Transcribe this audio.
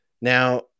Now